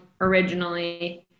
originally